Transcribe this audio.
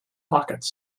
pockets